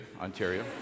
Ontario